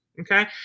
okay